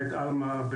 בית עלמה,